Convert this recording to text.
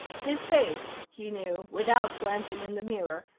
his face, he knew without glancing in the mirror,